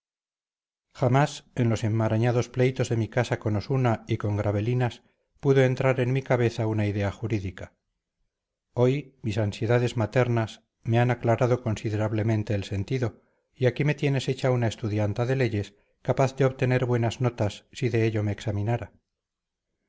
jamás en los enmarañados pleitos de mi casa con osuna y con gravelinas pudo entrar en mi cabeza una idea jurídica hoy mis ansiedades maternas me han aclarado considerablemente el sentido y aquí me tienes hecha una estudianta de leyes capaz de obtener buenas notas si de ello me examinara